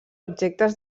objectes